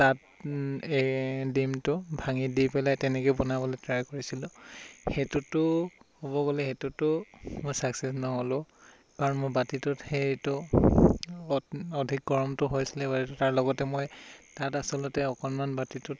তত ডিমটো ভাঙি দি পেলাই তেনেকৈ বনাবলৈ ট্ৰাই কৰিছিলোঁ সেইটোতো ক'ব গ'লে সেইটোতো মই ছাক্সেছ নহ'লোঁ কাৰণ মই বাতিটোত সেইটো অ অধিক গৰমতো হৈছিলে তাৰ লগতে মই তাত আচলতে অকণমান বাতিটোত